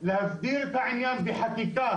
להגביל את העניין בחקיקה,